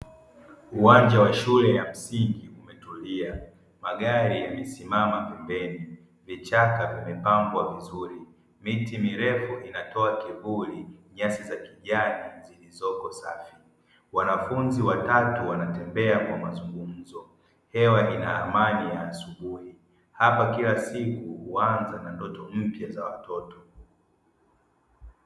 Uwanja wa shule ya msingi umetulia, magari yamesimama pembeni, vichaka vimepambwa vizuri, miti mirefu inatoa kivuli, nyasi za kijani zilizoko safi; wanafunzi watatu wanatembea kwa mazungumzo. Hewa ina amani ya asubuhi; hapa kila siku huanza na ndoto za watoto.